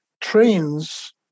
trains